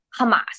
Hamas